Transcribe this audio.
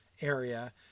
area